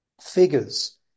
figures